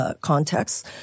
Contexts